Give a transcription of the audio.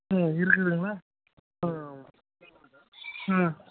ம் இருக்குதுங்களா ஆ ம்